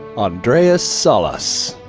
andres salas.